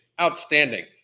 Outstanding